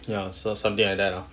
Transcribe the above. ya so something like that lah